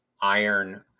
iron